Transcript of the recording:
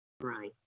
Right